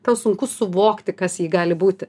tau sunku suvokti kas ji gali būti